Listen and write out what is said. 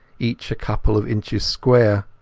each a couple of inches square.